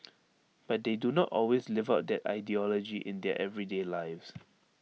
but they do not always live out that ideology in their everyday lives